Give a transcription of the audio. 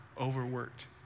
overworked